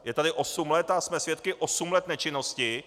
Je tady osm let a jsme svědky osm let nečinnosti.